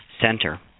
Center